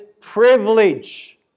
privilege